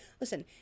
Listen